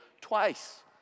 twice